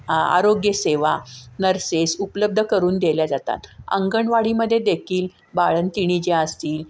आ आरोग्यसेवा नर्सेस उपलब्ध करून दिल्या जातात अंगणवाडीमध्येदेखील बाळंतिणी ज्या असतील